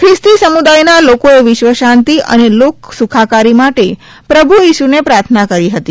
ખ્રિસ્તી સમુદાયના લોકોએ વિશ્વશાંતિ અને લોક સુખાકારી માટે પ્રભુ ઇસુને પ્રાર્થના કરી હતી